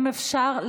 אם אפשר,